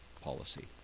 policy